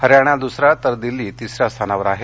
हरयाणा दुसऱ्या तर दिल्ली तिसऱ्या स्थानावर आहेत